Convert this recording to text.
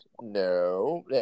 No